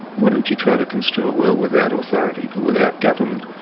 why don't you try to construe a world without authority, or without government,